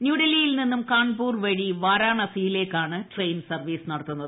ന്യൂഡൽഹിയിൽ നിന്നും കാൺപൂർ വഴി വാരാണസിയിലേക്കാണ് ട്രെയിൻ സർവ്വീസ് നടത്തുന്നത്